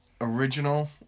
original